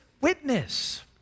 witness